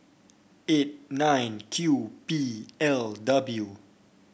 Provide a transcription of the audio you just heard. eight nine Q P L W